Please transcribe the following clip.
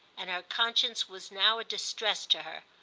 and her conscience was now a distress to her,